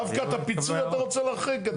דווקא את הפיצוי אתה רוצה להחריג?